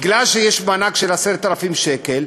מכיוון שיש מענק של 10,000 שקל,